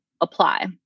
apply